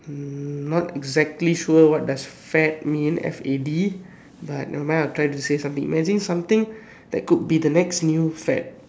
hmm not exactly sure what does fad mean F A D but never mind I'll try to say something imagine something that could be the next new fad